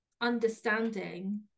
understanding